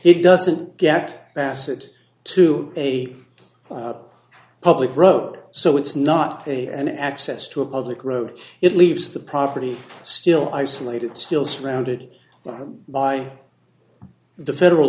it doesn't get bassett to a public road so it's not an access to a public road it leaves the property still isolated still surrounded by the federal